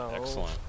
Excellent